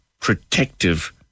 protective